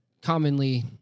commonly